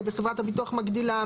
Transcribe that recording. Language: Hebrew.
חברת הביטוח מגדילה,